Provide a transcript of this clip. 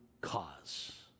cause